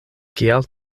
kial